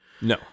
No